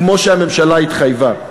כמו שהממשלה התחייבה.